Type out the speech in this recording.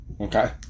okay